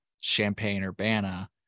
Champaign-Urbana